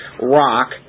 rock